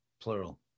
plural